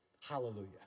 hallelujah